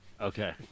Okay